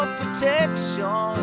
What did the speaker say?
protection